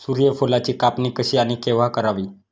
सूर्यफुलाची कापणी कशी आणि केव्हा करावी?